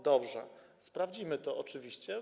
Dobrze, sprawdzimy to oczywiście.